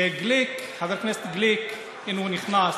וגליק, חבר הכנסת גליק, הינה הוא נכנס,